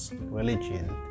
religion